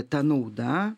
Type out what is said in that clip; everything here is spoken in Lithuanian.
ta nauda